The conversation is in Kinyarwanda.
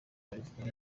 babivugaho